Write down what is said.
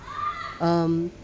um